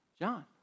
John